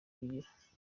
kugira